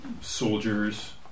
soldiers